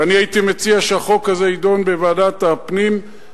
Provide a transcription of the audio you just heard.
ואני הייתי מציע שהחוק הזה יידון בוועדת הפנים,